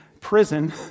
prison